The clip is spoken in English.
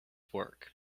work